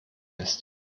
ist